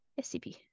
scp